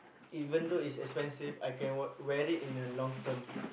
even though it's expensive I can wear wear it in the long term